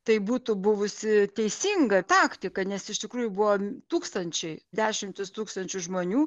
tai būtų buvusi teisinga taktika nes iš tikrųjų buvo tūkstančiai dešimtys tūkstančių žmonių